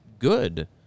good